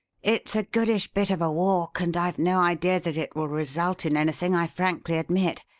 it's a goodish bit of a walk and i've no idea that it will result in anything, i frankly admit,